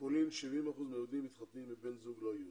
בפולין 70% מהיהודים מתחתנים עם בן זוג יהודי.